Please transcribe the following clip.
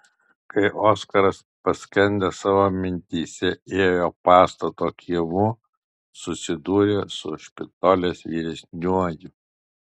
kai oskaras paskendęs savo mintyse ėjo pastato kiemu susidūrė su špitolės vyresniuoju